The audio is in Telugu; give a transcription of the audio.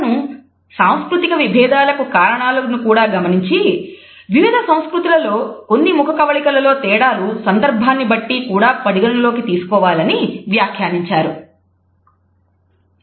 అతను సాంస్కృతిక విభేదాలకు కారణాలను కూడా గమనించి వివిధ సంస్కృతులలో కొన్ని ముఖకవళికల లో తేడాలను సందర్భాన్ని బట్టి కూడా పరిగణలోకి తీసుకోవాలని వ్యాఖ్యానించారు